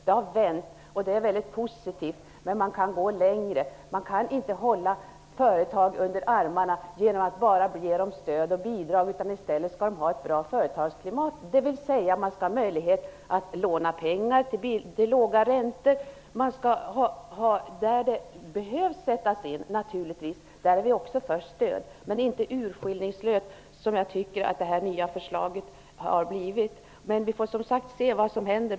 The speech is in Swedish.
Det har vänt, och det är mycket positivt. Men man kan gå längre. Man kan inte hålla företag under armarna genom att bara ge dem stöd och bidrag. I stället skall de ha ett bra företagsklimat, dvs. man skall ha möjlighet att låna pengar till låga räntor. Där det behövs sättas in är vi naturligtvis också för stöd, men inte urskiljningslöst, som jag tycker att det nya förslaget har blivit. Men vi får som sagt se vad som händer.